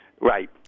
Right